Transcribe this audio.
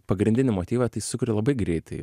pagrindinį motyvą tai sukuri labai greitai